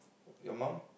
your mom